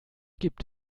gibt